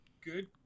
good